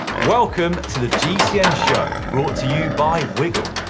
welcome to the gcn show, brought to you by wiggle.